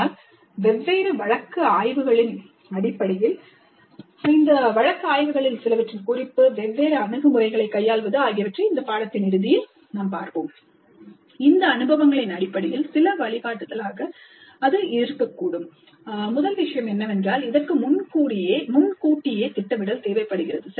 ஆனால் வெவ்வேறு வழக்கு ஆய்வுகளின் அடிப்படையில் இந்த வழக்கு ஆய்வுகளில் சிலவற்றின் குறிப்புவெவ்வேறு அணுகுமுறைகளைக் கையாள்வது ஆகியவற்றை இந்த பாடத்தின் இறுதியில் பார்ப்போம் இந்த அனுபவங்களின் அடிப்படையில் சில வழிகாட்டுதலாக அது இருக்கக்கூடும் முதல் விஷயம் என்னவென்றால் இதற்கு முன்கூட்டியே திட்டமிடல் தேவைப்படுகிறது